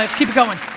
um keep going.